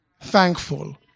thankful